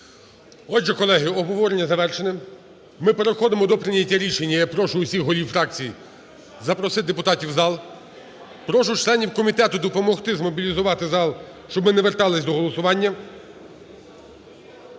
Отже, колеги, обговорення завершене. Ми переходимо до прийняття рішення, я прошу всіх голів фракцій запросити депутатів в зал, прошу членів комітету допомогти змобілізувати зал, щоб ми не верталися до голосування